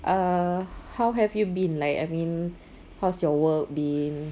err how have you been like I mean how's your work been